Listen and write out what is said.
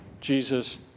Jesus